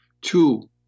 two